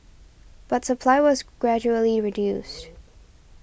but supply was gradually reduced